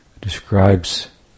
describes